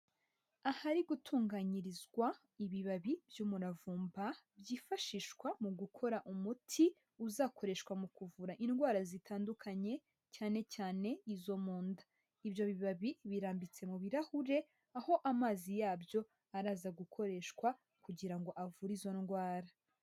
Ahari gutunganyirizwa ibibabi by'umuravumba byifashishwa mu gukora umuti uzakoreshwa mu kuvura indwara zitandukanye, cyane cyane izo mu nda. Ibyo bibabi birambitse mu birahure, aho amazi yabyo araza gukoreshwa kugira ngo avure izo ndwara.